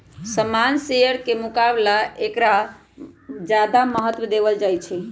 सामान्य शेयर के मुकाबला ऐकरा ज्यादा महत्व देवल जाहई